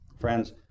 Friends